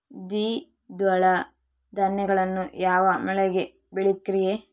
ದ್ವಿದಳ ಧಾನ್ಯಗಳನ್ನು ಯಾವ ಮಳೆಗೆ ಬೆಳಿಬೇಕ್ರಿ?